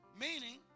Meaning